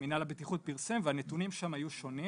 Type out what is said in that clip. שמנהל הבטיחות פרסם והנתונים שם היו שונים